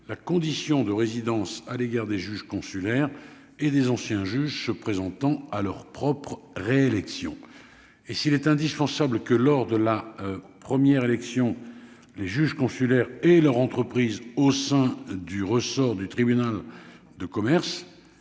la condition de résidence à l'égard des juges consulaires et des anciens juges présentant à leur propre réélection et s'il est indispensable que lors de la première élection les juges consulaires et leur entreprise au sein du ressort du tribunal de commerce,